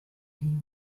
hee